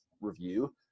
review